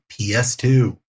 PS2